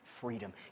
freedom